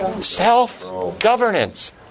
self-governance